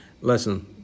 Listen